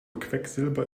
quecksilber